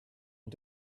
und